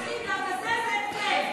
רק נגד המזרחים והגזזת כן.